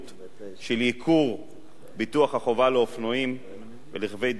של ייקור ביטוח החובה לאופנועים ורכבי דו-גלגלי,